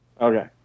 Okay